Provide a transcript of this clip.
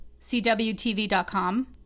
cwtv.com